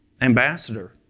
ambassador